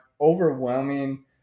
overwhelming